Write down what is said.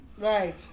Right